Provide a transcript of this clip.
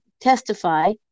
testify